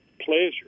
pleasure